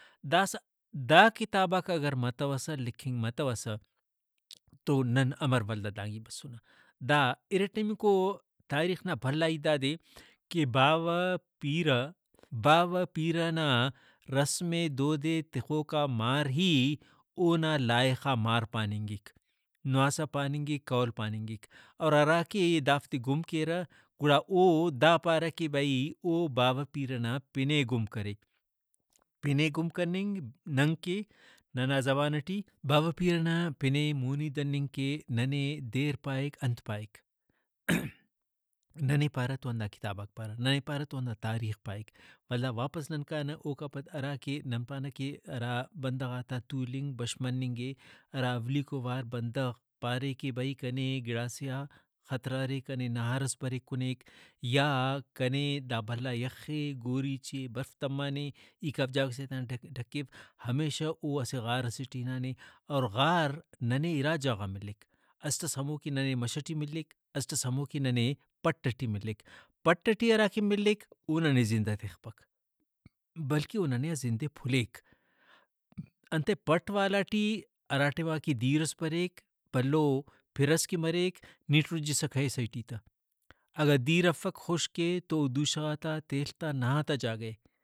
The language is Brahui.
داسہ دا کتاباک اگر متوسہ لکھنگ متوسہ تو نن امر ولدا دانگی بسنہ دا ارٹمیکو تاریخ نا بھلا ہیت دادے کہ باوہ پیرہ باوہ نا پیرہ نا رسم ئے دود ئے تخوکا مار ہی اونا لائخا مار پاننگک، نواسہ پاننگک قول پاننگ اور ہراکہ دافتے گم کیرہ گڑا او دا پارہ کہ بھئی او باوہ پیرہ نا پن ئے گم کرے۔ پن ئے گم کننگ نن کہ ننا زمانہ ٹی باوہ پیرہ نا پن ئے مونی دننگ کہ ننے دیر پائک انت پائک۔(voice)ننے پارہ تو ہندا کتاباک پارہ ننے پارہ تو ہندا تاریخ پائک ولدا واپس نن کانہ اوکا پد ہراکہ نن پانہ کہ ہرا بندغاتا تولنگ بش مننگ ئے ہرا اولیکو وار بندغ پارے کہ بھئی کنے گڑاسے آ خطرہ ارے کنے نہار ئس بریک کُنیک یا کنے دا بھلا یخ اے گوریچ اے برف تمانے ای کاو جاگہ سے آ تینے ڈھکیوہمیشہ او اسہ غار سے ٹی ہنانے اور غار ننے اِرا جاگہ غا ملک اسٹ ئس ہمو کہ ننے مش ٹی ملیک اسٹ ئس ہموکہ ننے پٹ ٹی ملیک۔ پٹ ٹی ہراکہ ننے ملیک او ننے زندہ تخپک بلکہ او ننے آ زندے پُھلیک انتئے پٹ والا ٹی ہرا ٹائما کہ دیر ئس بریک بھلو پِر ئس کہ مریک نی ٹرجسہ کہیسہ ایٹی تہ ۔اگہ دیر افک خُشک اےتو دوشہ غاتا تیل تا نہارتا جاگہ اے ۔